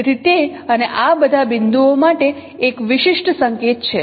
તેથી તે અને આ બધા બિંદુઓ માટે એક વિશિષ્ટ સંકેત છે